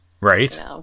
Right